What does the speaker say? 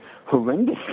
horrendous